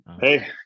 Hey